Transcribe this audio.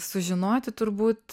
sužinoti turbūt